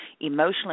emotionally